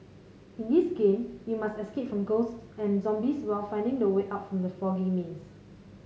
in this game you must escape from ghosts and zombies while finding the way out from the foggy maze